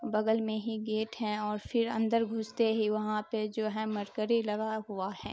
بغل میں ہی گیٹ ہیں اور پھر اندر گھستے ہی وہاں پہ جو ہے مرکری لگا ہوا ہے